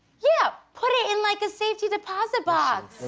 yeah, put it in like a safety deposit box.